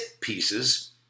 pieces